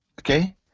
okay